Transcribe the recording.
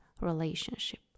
relationship